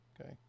Okay